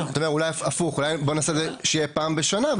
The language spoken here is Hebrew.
לא בטוח --- אולי הפוך אולי בואו נעשה את זה שיהיה פעם בשנה,